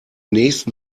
nächsten